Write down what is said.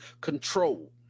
control